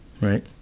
right